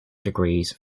degrees